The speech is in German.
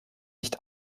nicht